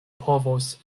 povos